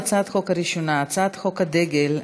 הצעת החוק הראשונה: הצעת חוק הדגל,